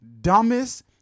dumbest